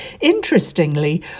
interestingly